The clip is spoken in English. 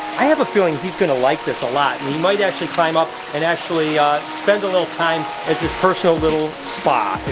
i have a feeling that he's going to like this a lot. and he might climb up and actually ah spend a little time as his personal little spa, if